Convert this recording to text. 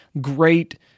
great